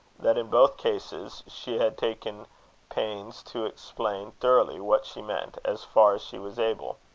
that in both cases she had taken pains to explain thoroughly what she meant, as far as she was able.